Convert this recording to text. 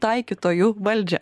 taikytojų valdžią